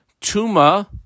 Tuma